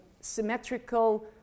symmetrical